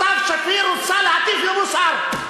סתיו שפיר רוצה להטיף לי מוסר.